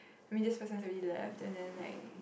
I mean this person has already left and then like